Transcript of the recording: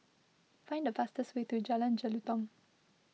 find the fastest way to Jalan Jelutong